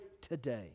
today